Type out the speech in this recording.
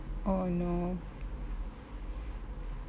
oh no